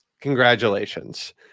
congratulations